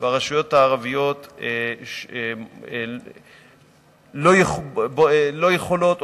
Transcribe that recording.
והרשויות הערביות לא יכולות,